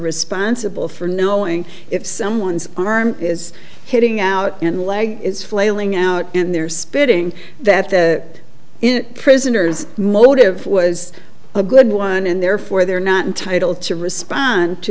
sponsible for knowing if someone's arm is hitting out in the leg is flailing out in their spitting that that prisoners motive was a good one and therefore they're not entitled to respond to